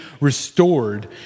restored